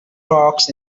crooks